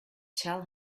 tell